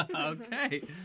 Okay